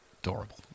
adorable